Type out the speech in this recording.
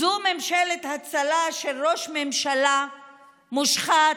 זו ממשלת הצלה של ראש ממשלה מושחת,